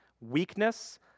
weakness